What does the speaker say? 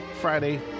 Friday